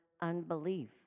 unbelief